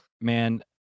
man